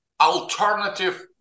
alternative